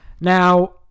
now